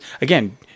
Again